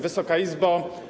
Wysoka Izbo!